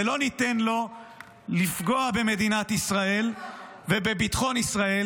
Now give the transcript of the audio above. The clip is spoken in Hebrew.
ולא ניתן לו לפגוע במדינת ישראל ובביטחון ישראל,